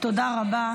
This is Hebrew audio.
תודה, תודה רבה.